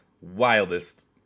wildest